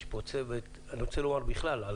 יש פה צוות אני רוצה לומר בכלל על